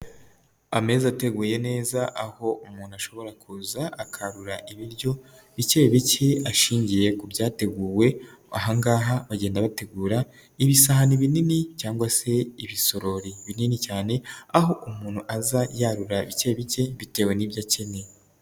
Ameza ateguye neza aho umuntu ashobora kuza akarura ibiryo bike bike ashingiye ku byateguwe, aha ngaha bagenda bategura ibisahani binini cyangwa se ibisorori binini cyane, aho umuntu aza yarura bike bike bitewe n'ibyo akenye.